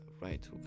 Right